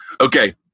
Okay